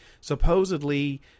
supposedly